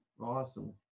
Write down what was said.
Awesome